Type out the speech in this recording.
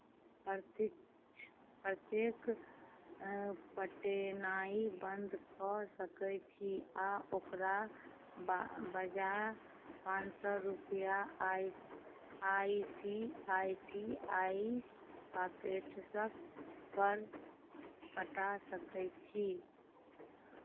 प्रतीक्ष प्रत्येक पठेनाइ बन्द कऽ सकै छी आओर ओकरा बा बजाय पाँच सओ रुपैआ I C I C I C I पॉकेट्सपर पठा सकै छी